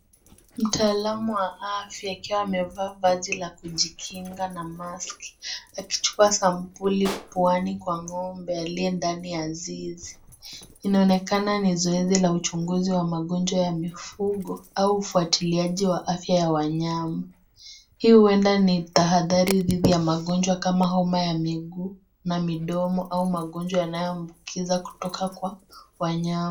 Mtaalam wa afya akiwa amevaa vazi la kujikinga na maski akichukua sampli puani kwa ng'ombe aliye ndani ya zizi. Inaonekana ni zoezi la uchunguzi wa magonjwa ya mifugo au ufuatiliaji wa afya ya wanyama. Hii huenda ni tahadhari dhidi ya magonjwa kama homa ya miguu na midomo au magonjwa yanayoambukizwa kutoka kwa wanyama.